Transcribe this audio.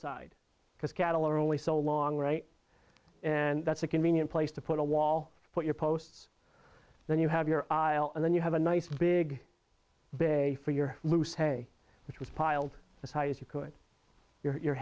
side because cattle are only so long right and that's a convenient place to put a wall put your posts then you have your aisle and then you have a nice big bay for your loose hey which was piled as high as you could your